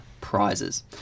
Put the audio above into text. prizes